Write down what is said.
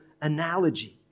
analogy